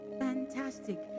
Fantastic